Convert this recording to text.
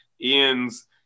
Ian's